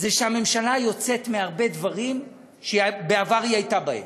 שהממשלה יוצאת מהרבה דברים שבעבר היא הייתה בהם,